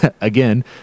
again